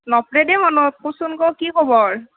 নপৰে দে মনত কচোন ক কি খবৰ